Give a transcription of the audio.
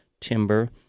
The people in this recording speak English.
timber